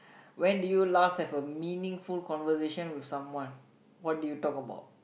when did you last have a meaningful conversation with someone what did you talk about